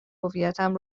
هویتم